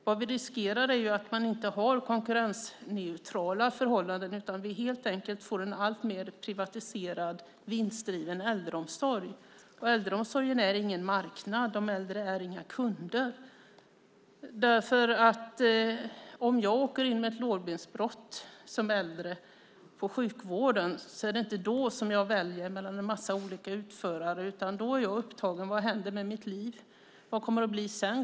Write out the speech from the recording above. Vad vi riskerar är att man inte har konkurrensneutrala förhållanden, utan vi får helt enkelt en alltmer privatiserad vinstdriven äldreomsorg. Äldreomsorgen är ingen marknad, de äldre är inga kunder. Om jag som äldre åker in med ett lårbensbrott är det inte då som jag väljer mellan en massa olika utförare, utan då är jag upptagen av tankar: Vad händer med mitt liv? Vad kommer det att bli sedan?